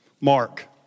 Mark